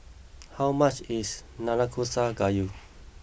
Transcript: how much is Nanakusa Gayu